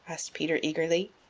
asked peter eagerly.